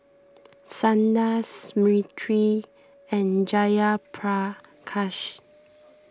Sundar Smriti and Jayaprakash